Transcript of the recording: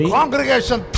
congregation